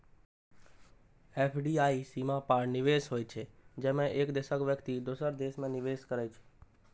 FDI सीमा पार निवेश होइ छै, जेमे एक देशक व्यक्ति दोसर देश मे निवेश करै छै